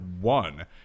one